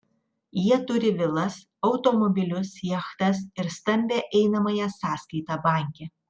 jie turi vilas automobilius jachtas ir stambią einamąją sąskaitą banke